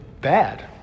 bad